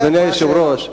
אדוני היושב-ראש,